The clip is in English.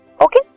okay